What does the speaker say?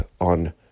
on